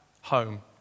home